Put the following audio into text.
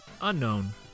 unknown